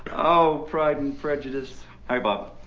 oh pride, and prejudice hey, bob.